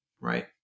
right